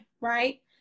Right